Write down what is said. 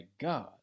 God